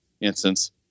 instance